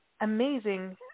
amazing